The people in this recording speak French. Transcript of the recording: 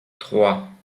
trois